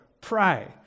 pray